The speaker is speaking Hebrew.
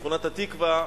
בשכונת-התקווה,